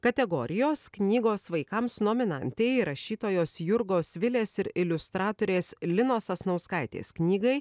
kategorijos knygos vaikams nominantei rašytojos jurgos vilės ir iliustratorės linos sasnauskaitės knygai